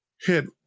hit